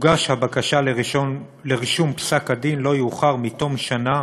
תוגש הבקשה לרישום פסק-הדין לא יאוחר מתום שנה